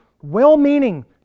well-meaning